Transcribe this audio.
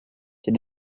did